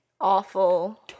awful